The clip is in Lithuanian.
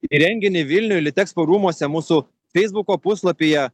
į renginį vilniuj litexpo rūmuose mūsų feisbuko puslapyje